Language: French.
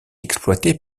exploité